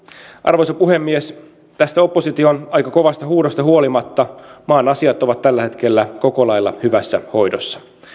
arvoisa puhemies tästä opposition aika kovasta huudosta huolimatta maan asiat ovat tällä hetkellä koko lailla hyvässä hoidossa